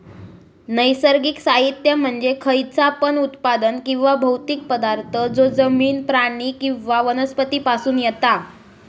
नैसर्गिक साहित्य म्हणजे खयचा पण उत्पादन किंवा भौतिक पदार्थ जो जमिन, प्राणी किंवा वनस्पती पासून येता